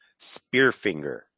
Spearfinger